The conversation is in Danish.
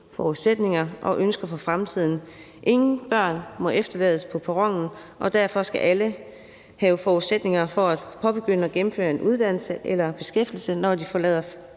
forudsætninger og ønsker for fremtiden. Ingen børn må efterlades på perronen, og derfor skal alle have forudsætninger for at påbegynde og gennemføre en uddannelse eller komme i beskæftigelse, når de forlader